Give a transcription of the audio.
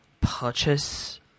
purchase